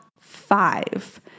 five